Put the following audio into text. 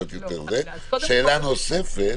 קודם כול --- שאלה נוספת,